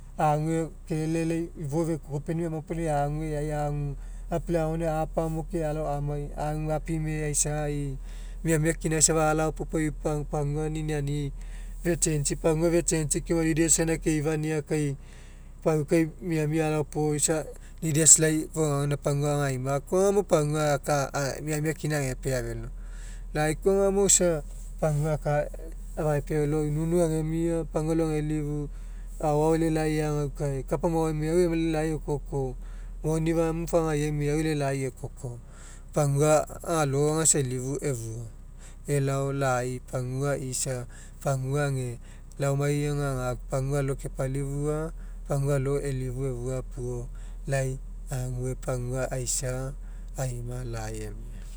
Ague kelele lai ifo fekokopenimai aoma puo lai ague e'ai agu agoainagai apa mo ke amai agu apime'e aisai miamia kinai safa puo pagua niniani'i fe'changei pagua fe'changei keoma leaders gaina keifania kai paukai miamia alao puo isa leaders lai fou agania pagua agaima gakoa aga pagua alo miamia kina epea felo inuinu agemia pagua aloagelifu aoao e'elei lai eagaukae kapa maoai meau e'elei lai ekoko puo fagaiai meau e'elei lai ekoko pagua alo isa elifu efua elao lai pagua alo kepalifua pagua alo elifu efua gapuo lai ague pagua aisa aina lai emia.